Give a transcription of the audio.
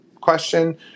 question